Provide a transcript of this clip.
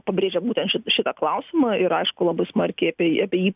pabrėžia būtent šitą klausimą ir aišku labai smarkiai apie jį